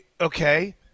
okay